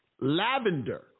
Lavender